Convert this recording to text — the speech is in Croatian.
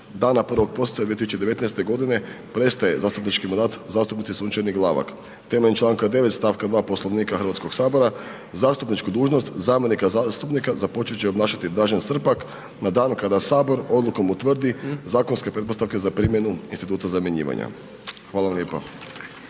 Hvala vam lijepa.